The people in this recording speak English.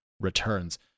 returns